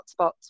hotspots